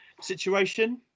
Situation